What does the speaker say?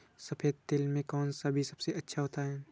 सफेद तिल में कौन सा बीज सबसे अच्छा होता है?